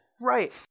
Right